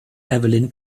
evelyn